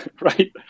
right